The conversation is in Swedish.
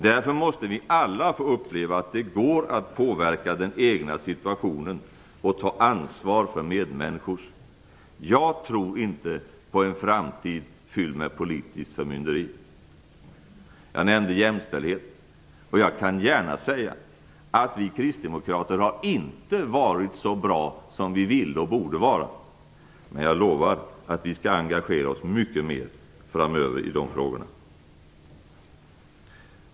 Därför måste vi alla få uppleva att det går att påverka den egna situationen och ta ansvar för medmänniskors. Jag tror inte på en framtid fylld med politiskt förmynderi. Jag nämnde jämställdhet. Jag kan gärna säga att vi kristdemokrater inte har varit så bra som vi ville och borde vara. Men jag lovar att vi skall engagera oss mycket mer framöver i de frågorna. Fru talman!